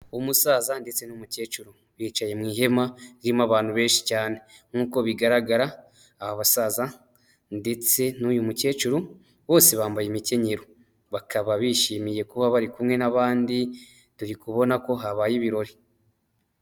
Umusaza ndetse n'umukecuru bicaye mu ihema ririmo abantu benshi cyane, nk'uko bigaragara aba basaza ndetse n'uyu mukecuru bose bambaye imikenyero, bakaba bishimiye kuba bari kumwe n'abandi turi kubona ko habaye ibirori.